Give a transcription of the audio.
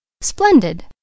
Splendid